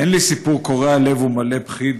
אין לי סיפור קורע לב ומלא בכי,